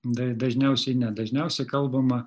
dai dažniausiai ne dažniausiai kalbama